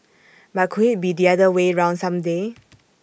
but could IT be the other way round some day